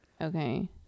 Okay